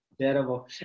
Terrible